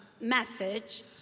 message